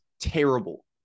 terrible